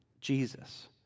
Jesus